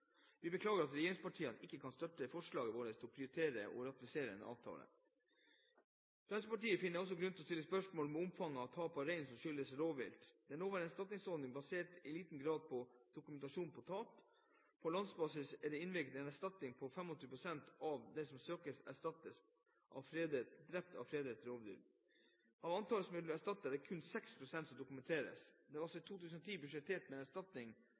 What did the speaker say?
Vi beklager at regjeringspartiene ikke kan støtte vårt forslag om å prioritere å få ratifisert en avtale. Fremskrittspartiet finner også grunn til å stille spørsmål ved omfanget av tap av rein som skyldes rovvilt. Den nåværende erstatningsordningen baseres i liten grad på krav om dokumentasjon på tap. På landsbasis er det innvilget erstatning på 25 pst. av det som søkes erstattet som er drept av fredet rovvilt. Av antallet som blir erstattet, er det kun 6 pst. som dokumenteres. Det var for 2010 budsjettert med erstatning